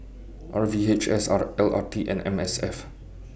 R V H S L R T and M S F